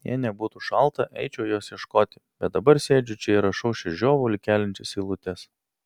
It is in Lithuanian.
jei nebūtų šalta eičiau jos ieškoti bet dabar sėdžiu čia ir rašau šias žiovulį keliančias eilutes